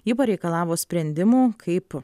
ji pareikalavo sprendimų kaip